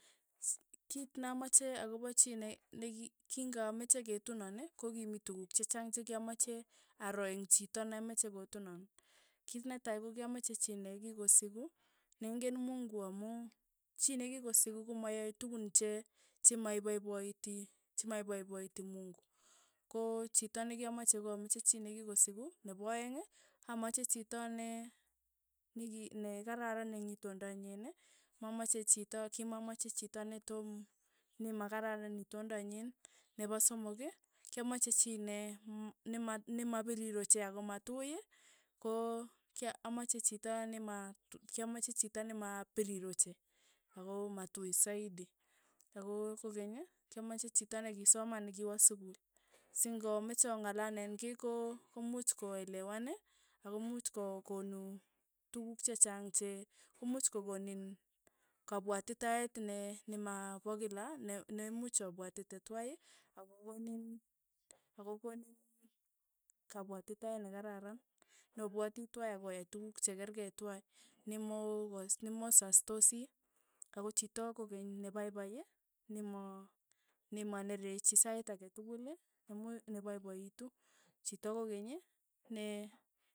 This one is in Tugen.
Kit namache ako pa chii ne neki king'ameche ketunon ii, ko ki mii tukuk chechang che kyamache aro eng' chito nemeche kotunan, kit netai ko kyamache chii ne kikosiku, neng'een mungu amu chii nekikosik komayae tukun che- chemaipaipaiti chemaipaipaiti mungu, ko chito nekyamache ko amche chii nekikosiku, nepa aeng', amache chito ne- neki nekararan eng' itindo nyiin, amache chito kimamache chito ne toom nimakararan itonda nyin, nepo somok ii, kyamache chii nee mm nema nemapiriir ochei ako matui, ko kya amache chito nemaa kyamache chito nema piriir ochei, ako matui saidi, ako kokenyi, kyamache chito nekisoman nikiwa sukul, sing'amache ong'alalen kei ko much koelewan ii ako much ko konu tukuk chechang che ko much ko konin kapwatitaet ne nema pa kila ne- ne much opwatite twai ako konin ako konin kapwatitaet nekararan, ne opwati twai akoyai tukuk chekerkei twai, nemoo pos nemosastosi, ako chito kokeny ne paipai ne- ma- ne manerechi sait ake tukul, ne much ne paipaitu, chito kokeny ne.